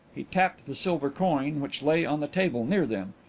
he tapped the silver coin which lay on the table near them.